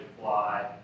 fly